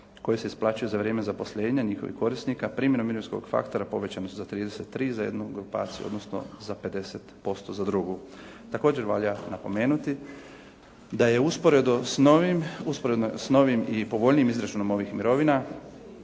koje se isplaćuju za vrijeme zaposlenja njihovih korisnika primjenom mirovinskog faktora povećane su za 33 za jednu grupaciju odnosno za 50% za drugu. Također valja napomenuti da je usporedo s novim i povoljnijim izračunom ovih mirovina